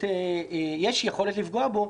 יש יכולת לפגוע בו,